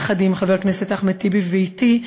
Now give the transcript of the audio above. יחד עם חבר הכנסת אחמד טיבי ואתי,